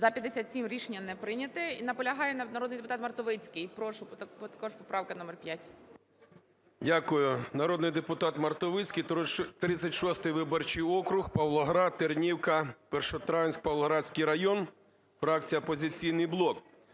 За-57 Рішення не прийнято. І наполягає народний депутат Мартовицький. Прошу. Також поправка номер 5. 11:23:13 МАРТОВИЦЬКИЙ А.В. Дякую. Народний депутат Мартовицький, 36 виборчий округ, Павлоград, Тернівка, Першотравенськ (Павлоградський район), фракція "Опозиційний блок".